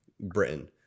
Britain